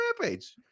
rampage